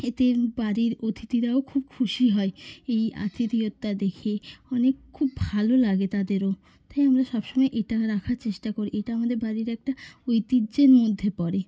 এতে বাড়ির অতিথিরাও খুব খুশি হয় এই আতিথিয়তা দেখে অনেক খুব ভালো লাগে তাদেরও তাই আমরা সব সময় এটা রাখার চেষ্টা করি এটা আমাদের বাড়ির একটা ঐতিহ্যের মধ্যে পড়ে